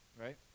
Right